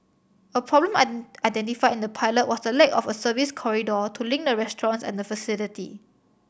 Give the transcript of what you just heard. a problem identified in the pilot was the lack of a service corridor to link the restaurants and the facility